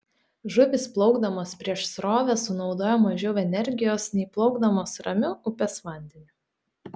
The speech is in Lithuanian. žuvys plaukdamos prieš srovę sunaudoja mažiau energijos nei plaukdamos ramiu upės vandeniu